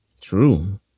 True